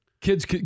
kids